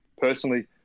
Personally